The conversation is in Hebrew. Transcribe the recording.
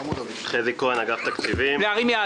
אני מאגף התקציבים.